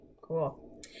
Cool